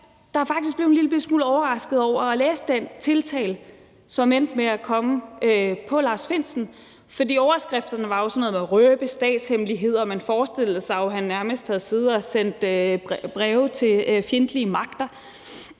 os, der faktisk blev en lillebitte smule overraskede over at læse den tiltale, som endte med at blive rejst mod Lars Findsen. For overskrifterne handlede jo om, at der var blevet røbet statshemmeligheder, og man forestillede sig jo, at han nærmest havde siddet og sendt breve til fjendtlige magter.